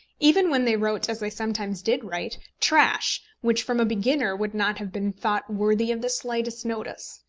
even when they wrote, as they sometimes did write, trash which from a beginner would not have been thought worthy of the slightest notice.